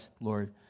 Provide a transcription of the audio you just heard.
Lord